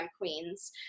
queens